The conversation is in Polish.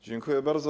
Dziękuję bardzo.